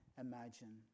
imagine